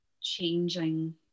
changing